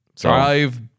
Drive